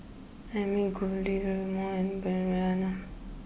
Ami Guillermo and Mariana